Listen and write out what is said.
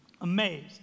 amazed